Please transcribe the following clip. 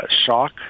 shock